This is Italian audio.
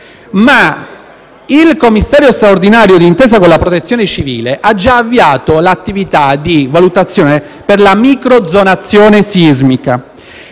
ma il commissario straordinario, d’intesa con la Protezione civile, ha già avviato l’attività di valutazione per la microzonazione sismica